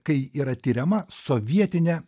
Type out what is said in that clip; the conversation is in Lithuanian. kai yra tiriama sovietinė